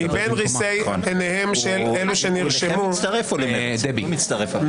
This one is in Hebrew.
מטי צרפתי ונאור שירי,